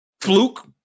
Fluke